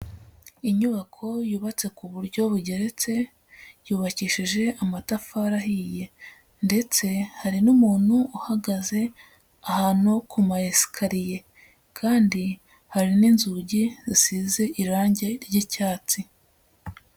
Inyubako yubatse ku buryo bugeretse, yubakishije amatafari ahiye ndetse hari n'umuntu uhagaze ahantu ku ma esikariye kandi hari n'inzugi zisize irange ry'icyatsi.